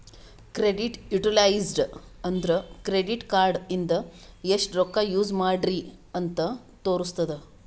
credit utilised ಅಂದುರ್ credit card ಇಂದ ಎಸ್ಟ್ ರೊಕ್ಕಾ ಯೂಸ್ ಮಾಡ್ರಿ ಅಂತ್ ತೋರುಸ್ತುದ್